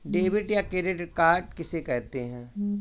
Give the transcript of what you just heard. Debit या credit card किसे कहते हैं?